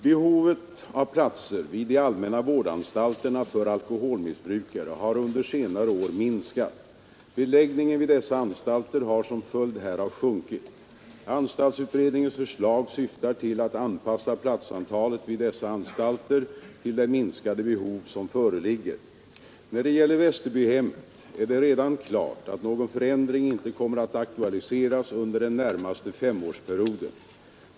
Behovet av platser vid de allmänna vårdanstalterna för alkoholmissbrukare har under senare år minskat. Beläggningen vid dessa anstalter har som följd härav sjunkit. Anstaltsutredningens förslag syftar till att anpassa platsantalet vid dessa anstalter till det minskade behov som föreligger. När det gäller Västerbyhemmet är det redan klart att någon förändring inte kommer att aktualiseras under den närmaste femårsperioden.